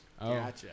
Gotcha